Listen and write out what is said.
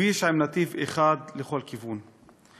כביש עם נתיב אחד לכל כיוון,